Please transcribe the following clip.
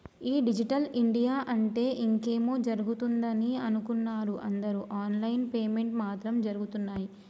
ఈ digital India అంటే ఇంకేమో జరుగుతదని అనుకున్నరు అందరు ఆన్ లైన్ పేమెంట్స్ మాత్రం జరగుతున్నయ్యి